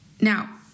Now